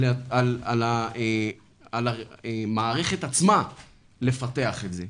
על המערכת עצמה לפתח את זה,